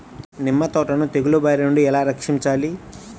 నిమ్మ తోటను తెగులు బారి నుండి ఎలా రక్షించాలి?